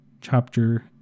chapter